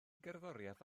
gerddoriaeth